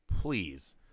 please